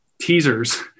teasers